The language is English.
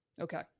Okay